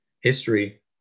history